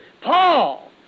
Paul